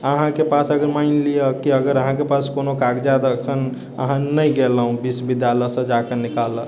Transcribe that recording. अहाँकेँ पास अगर मानि लिअ कि अगर अहाँकेँ पास कोनो कागजात अखन अहाँ नहि गेलहुँ विश्विद्यालयसँ जाकऽ निकालऽ